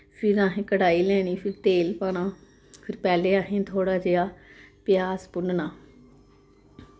फिर असें कड़ाही लैनी फिर तेल पाना फिर पैह्लें असें थौह्ड़ा जेहा प्यााज भुन्ना